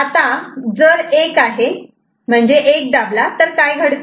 आता जर 1 आहे म्हणजे 1 दाबला तर काय घडते